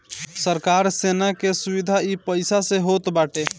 सरकार सेना के सुविधा इ पईसा से होत बाटे